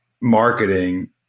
marketing